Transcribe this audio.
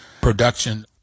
production